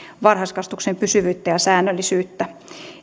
varhaiskasvatuksen pysyvyyttä ja säännöllisyyttä